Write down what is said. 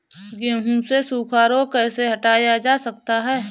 गेहूँ से सूखा रोग कैसे हटाया जा सकता है?